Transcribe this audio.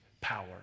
power